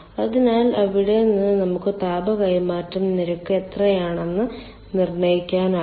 അതിനാൽ അവിടെ നിന്ന് നമുക്ക് താപ കൈമാറ്റ നിരക്ക് എത്രയാണെന്ന് നിർണ്ണയിക്കാനാകും